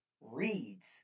reads